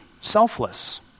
selfless